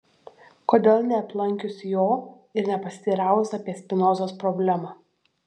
kodėl neaplankius jo ir nepasiteiravus apie spinozos problemą